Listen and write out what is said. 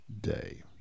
day